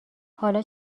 حالا